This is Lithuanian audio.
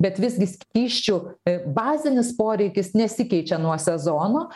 bet visgi skysčių bazinis poreikis nesikeičia nuo sezono